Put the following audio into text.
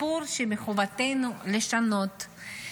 סיפור שמחובתנו לשנות.